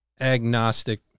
agnostic